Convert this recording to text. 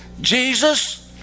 Jesus